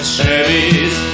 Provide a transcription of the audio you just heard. Chevys